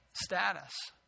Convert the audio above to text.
status